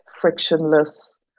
frictionless